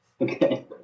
Okay